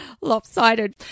lopsided